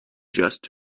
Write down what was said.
just